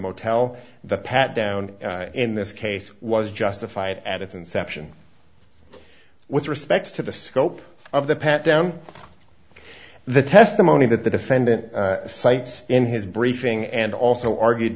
motel the pat down in this case was justified at its inception with respect to the scope of the pat down the testimony that the defendant cites in his briefing and also argued